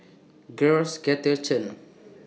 Chen